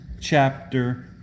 chapter